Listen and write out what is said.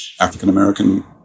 African-American